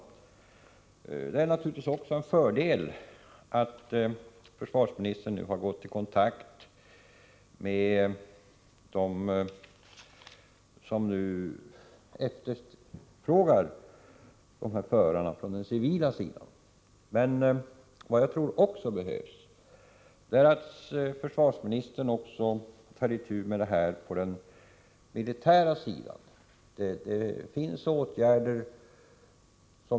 säkerställa försvarets behov av flyg Det är naturligtvis en fördel att försvarsministern nu har tagit kontakt med dem som från civil sida efterfrågar förare. Jag tror emellertid att det också är nödvändigt att försvarsministern tar itu med problemet på den militära sidan.